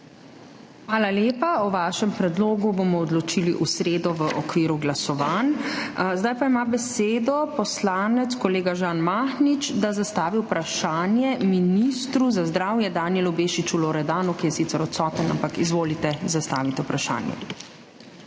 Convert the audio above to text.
Hvala lepa. O vašem predlogu bomo odločili v sredo v okviru glasovanj. Zdaj pa ima besedo poslanec kolega Žan Mahnič, da zastavi vprašanje ministru za zdravje Danijelu Bešiču Loredanu, ki je sicer odsoten. Izvolite, zastavite vprašanje.